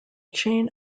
chain